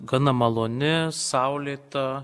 gana maloni saulėta